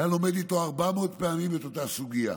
הוא היה לומד איתו 400 פעמים את אותה סוגיה,